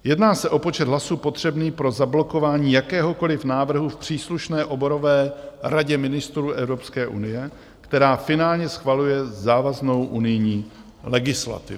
Jedná se o počet hlasů potřebných pro zablokování jakéhokoliv návrhu v příslušné oborové radě ministrů Evropské unie, která finálně schvaluje závaznou unijní legislativu.